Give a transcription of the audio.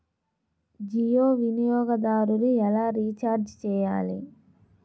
జియో వినియోగదారులు ఎలా రీఛార్జ్ చేయాలి?